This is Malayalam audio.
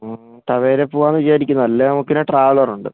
ടവേരയിൽ പോകാമെന്ന് വിചാരിക്കുന്നു അല്ലെൽ നമുക്കിനി ട്രാവലർ ഉണ്ട്